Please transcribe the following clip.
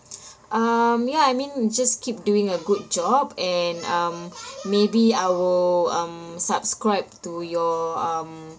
um ya I mean just keep doing a good job and um maybe I will um subscribe to your um